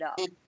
up